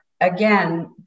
again